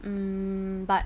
mm but